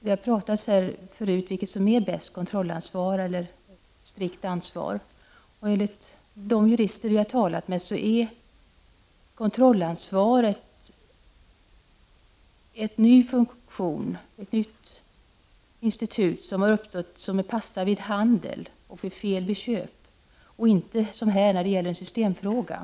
Det har här talats om vilket som är bäst: kontrollansvar eller strikt ansvar, och enligt de jurister som vi har talat med är kontrollansvaret ett nytt institut, som har införts för att användas vid handel, bl.a. vid fel i samband med köp, inte med tanke på systemfrågan.